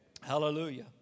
Hallelujah